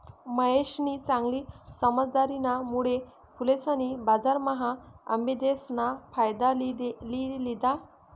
महेशनी चांगली समझदारीना मुळे फुलेसनी बजारम्हा आबिदेस ना फायदा लि लिदा